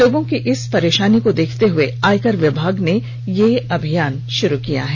लोगों की इन परेशानी को देखते हुए आयकर विभाग ने यह अभियान शुरू किया है